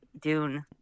dune